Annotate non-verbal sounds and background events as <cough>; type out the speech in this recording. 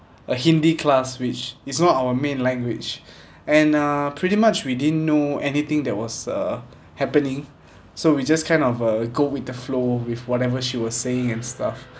a hindi class which is not our main language <breath> and uh pretty much we didn't know anything that was uh happening so we just kind of uh go with the flow with whatever she was saying and stuff